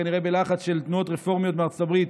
כנראה בלחץ של תנועות רפורמיות מארצות הברית,